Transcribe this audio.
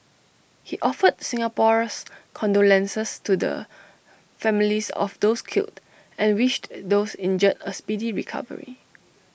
he offered Singapore's condolences to the families of those killed and wished those injured A speedy recovery